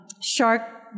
shark